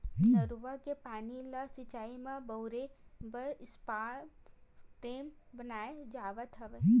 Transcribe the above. नरूवा के पानी ल सिचई म बउरे बर स्टॉप डेम बनाए जावत हवय